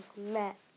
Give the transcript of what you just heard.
met